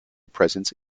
presence